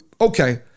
okay